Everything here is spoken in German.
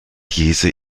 jesse